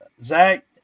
Zach